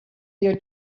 your